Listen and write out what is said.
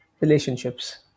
relationships